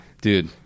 Dude